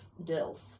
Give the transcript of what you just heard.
dilf